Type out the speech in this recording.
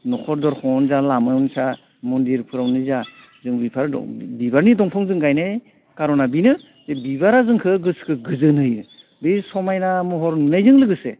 नखर दरखङावनो जा लामायावनो जा मन्दिरफोरावनो जा जों बिबार दं बिबारनि दंफां जों गायनाय खार'ना बेनो जे बिबारा जोंखौ गोसोखौ गोजोन होयो बे समायना महर नुनायजों लोगोसे